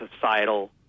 societal